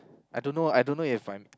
I don't know I don't know if I'm